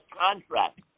contract